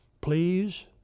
Please